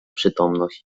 przytomność